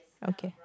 okay